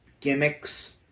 gimmicks